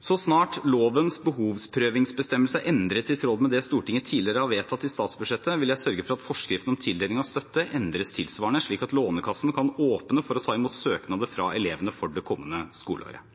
Så snart lovens behovsprøvingsbestemmelse er endret, i tråd med det Stortinget tidligere har vedtatt i statsbudsjettet, vil jeg sørge for at forskriften om tildeling av støtte endres tilsvarende, slik at Lånekassen kan åpne for å ta imot søknader fra elevene for det kommende skoleåret.